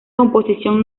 composición